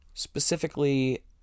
Specifically